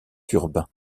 urbains